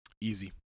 Easy